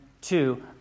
two